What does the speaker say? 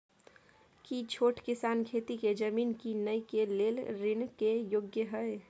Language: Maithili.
की छोट किसान खेती के जमीन कीनय के लेल ऋण के योग्य हय?